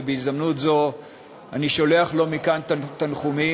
ובהזדמנות זו אני שולח לו מכאן תנחומים,